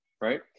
right